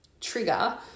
trigger